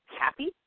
HAPPY